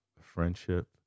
friendship